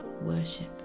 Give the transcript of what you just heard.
worship